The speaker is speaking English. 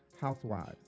housewives